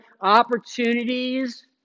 opportunities